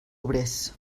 obrers